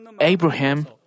Abraham